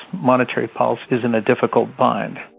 monetary policy is in a difficult bind.